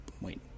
wait